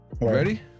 Ready